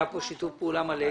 היה כאן שיתוף פעולה מלא.